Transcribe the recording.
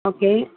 okay